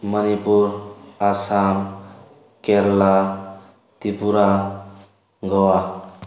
Manipur Assam Kerala Tripura Goa